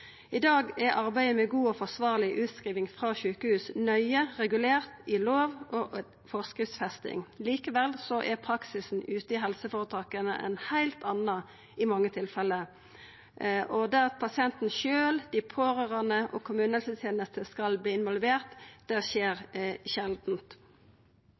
I dag er arbeidet med god og forsvarleg utskriving frå sjukehus nøye regulert i lov og forskrift. Likevel er praksisen ute i helseføretaka ein heilt annan i mange tilfelle, og det at pasienten sjølv, dei pårørande og kommunehelsetenesta skal